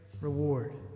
reward